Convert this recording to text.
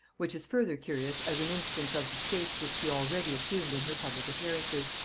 which is further curious as an instance of the state which she already assumed in her public appearances.